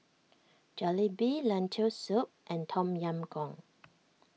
Jalebi Lentil Soup and Tom Yam Goong